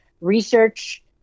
research